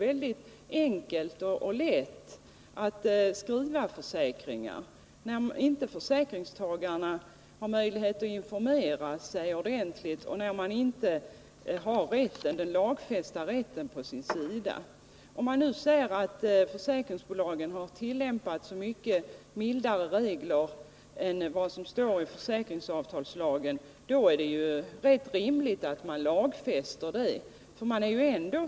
Givetvis är det lätt för dem att skriva försäkringar när försäkringstagarna inte — Konsumentförsäkhar möjlighet att informera sig ordentligt och inte har den lagfästa rätten på ringslag sin sida. Det sägs att försäkringsbolagen har tillämpat mycket mildare regler än vad som står i försäkringsavtalslagen, och då är det ju rimligt att lagfästa dessa regler.